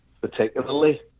particularly